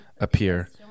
appear